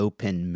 Open